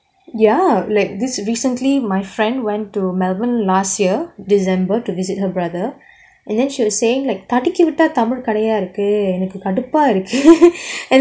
ya like this recently my friend went to melbourne last year december to visit her brother and then she was saying like தடுக்கி விட்டா:tadukki vitta tamil கடையா இருக்கு எனக்கு கடுப்பா இருக்கு:kadaiyaa iruku enaku kadupaa iruku